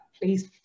please